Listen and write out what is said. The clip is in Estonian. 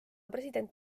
president